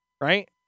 Right